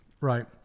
Right